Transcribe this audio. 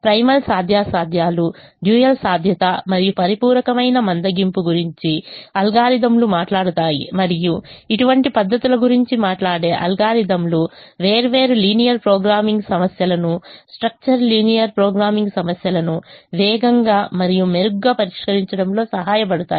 primal సాధ్యాసాధ్యాలు dual సాధ్యత మరియు పరిపూరకరమైన మందగింపు గురించి అల్గోరిథం లు మాట్లాడుతాయి మరియు ఇటువంటి పద్ధతుల గురించి మాట్లాడే అల్గోరిథం లు వేర్వేరు లీనియర్ ప్రోగ్రామింగ్ సమస్యలను స్ట్రక్చర్ లీనియర్ ప్రోగ్రామింగ్ సమస్యలను వేగంగా మరియు మెరుగ్గా పరిష్కరించడంలో సహాయపడతాయి